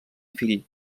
fill